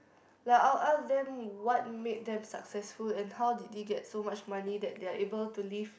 like I'll ask them what made them successful and how did they get so much money that they are able to live